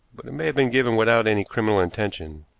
but it may have been given without any criminal intention.